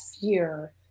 fear